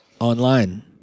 online